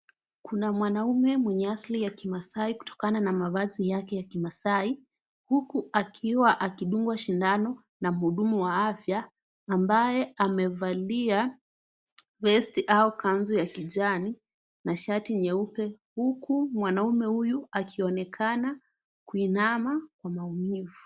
Kuna mwanaume mwenye asli ya kimaasai kutokana na mavazi yake ya kimaasai, huku akiwa akidungwa sindano na mhudumu wa afya ambaye amevalia vesti au kanzu ya kijani na shati nyeupe, huku mwanaume huyu akionekana kuinama kwa maumivu.